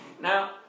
Now